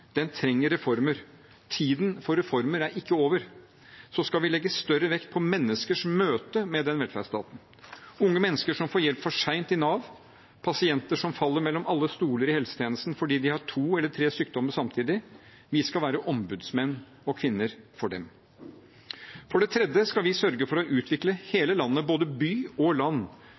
den trenger reformer, tiden for reformer er ikke over – skal vi legge større vekt på menneskers møte med den velferdsstaten: unge mennesker som får hjelp for sent i Nav, pasienter som faller mellom alle stoler i helsetjenesten fordi de har to eller tre sykdommer samtidig. Vi skal være ombudsmenn og -kvinner for dem. For det tredje skal vi sørge for å utvikle hele landet, både by og land.